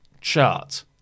chart